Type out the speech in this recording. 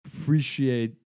appreciate